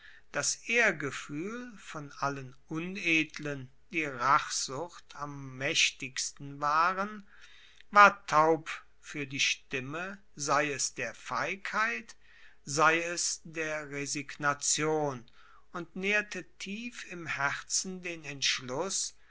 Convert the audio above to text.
das ehrgefuehl von allen unedlen die rachsucht am maechtigsten waren war taub fuer die stimme sei es der feigheit sei es der resignation und naehrte tief im herzen den entschluss